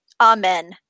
Amen